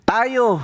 Tayo